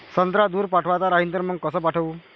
संत्रा दूर पाठवायचा राहिन तर मंग कस पाठवू?